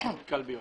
נכון.